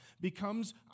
becomes